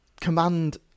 command